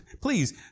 Please